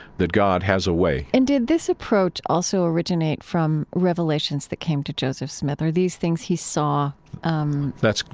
that god has a way and did this approach also originate from revelations that came to joseph smith? are these things he saw um and